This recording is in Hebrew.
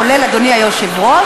כולל אדוני היושב-ראש,